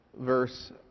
verse